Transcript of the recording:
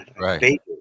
right